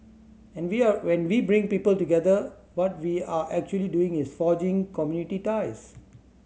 and we are when we bring people together what we are actually doing is forging community ties